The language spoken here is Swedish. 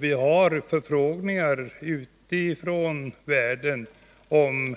Vi har fått förfrågningar från länder ute i världen om